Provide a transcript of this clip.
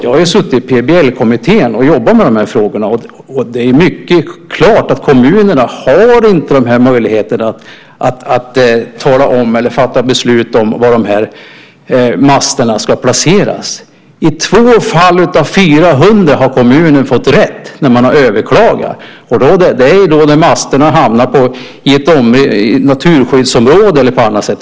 Jag har suttit i PBL-kommittén och jobbat med de här frågorna, och det är mycket klart att kommunerna inte har möjlighet att tala om eller fatta beslut om var dessa master ska placeras. I 2 fall av 400 har kommunen fått rätt när man har överklagat, och det är när masterna har hamnat i ett naturskyddsområde eller på något annat ställe.